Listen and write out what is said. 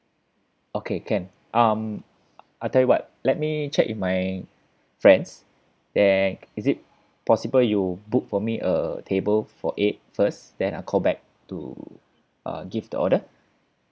okay can um I tell you what let me check with my friends then is it possible you book for me a table for eight first then I'll call back to uh give the order